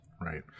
Right